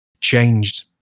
changed